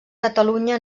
catalunya